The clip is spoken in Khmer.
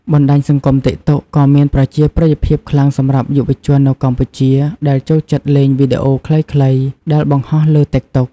បណ្ដាញសង្គម តិកតុក ក៏មានប្រជាប្រិយភាពខ្លាំងសម្រាប់យុវជននៅកម្ពុជា ដែលចូលចិត្តលេងវីដេអូខ្លីៗដែលបង្ហោះលើ តិកតុក។